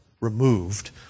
removed